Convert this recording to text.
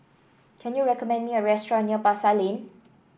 can you recommend me a restaurant near Pasar Lane